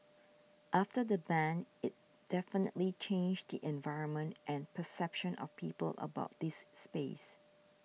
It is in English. after the ban it definitely changed the environment and perception of people about this space